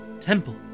temple